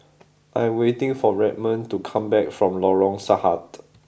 I'm waiting for Redmond to come back from Lorong Sahad